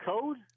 code